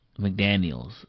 McDaniels